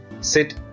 sit